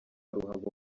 ruhago